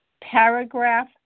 paragraph